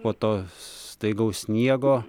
po to staigaus sniego